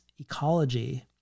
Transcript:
Ecology